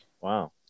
wow